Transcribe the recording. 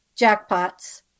jackpots